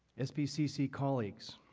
sbcc colleagues,